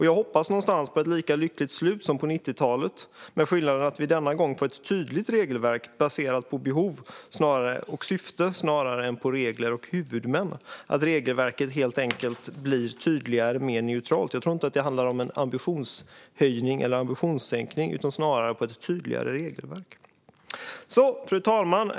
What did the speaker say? Jag hoppas på ett lika lyckligt slut som på 90-talet, med skillnaden att vi denna gång får ett tydligt regelverk baserat på behov och syfte snarare än på regler och huvudmän, alltså att regelverket blir tydligare och mer neutralt. Jag tror inte att det handlar om en ambitionshöjning eller ambitionssänkning utan snarare om ett tydligare regelverk. Fru talman!